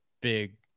big